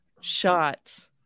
shots